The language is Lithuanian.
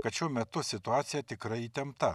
kad šiuo metu situacija tikrai įtempta